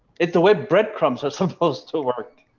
it's the web breadcrumbs are supposed to work.